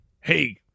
hey